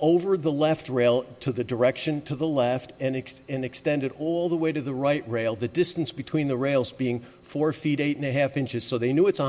over the left rail to the direction to the left and extend extending all the way to the right rail the distance between the rails being four feet eight and a half inches so they knew its